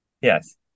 Yes